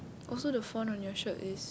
also the font on your shirt is